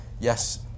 Yes